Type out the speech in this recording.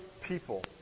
people